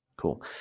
cool